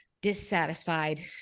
dissatisfied